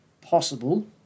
possible